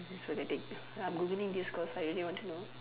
so that they I'm Googling this cause I really want to know